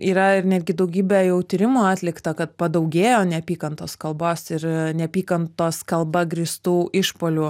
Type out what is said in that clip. yra ir netgi daugybė jau tyrimų atlikta kad padaugėjo neapykantos kalbos ir neapykantos kalba grįstų išpuolių